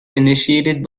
initiated